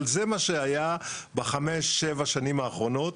אבל זה מה שהיה בחמש-שבע שנים האחרונות.